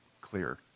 clear